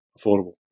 affordable